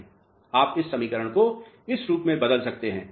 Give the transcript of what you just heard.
आप इस समीकरण को इस रूप में बदल सकते हैं